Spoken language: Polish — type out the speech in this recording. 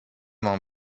mam